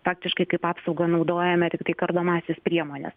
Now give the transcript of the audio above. faktiškai kaip apsaugą naudojame tiktai kardomąsias priemones